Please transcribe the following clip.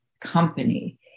company